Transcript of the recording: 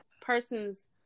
person's